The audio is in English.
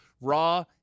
Raw